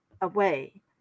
away